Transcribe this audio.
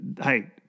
hey